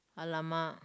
!alamak!